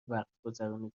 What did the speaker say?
وقتگذرانی